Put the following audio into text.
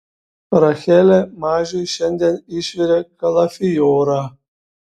rachelė mažiui šiandien išvirė kalafiorą